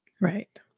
right